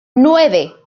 nueve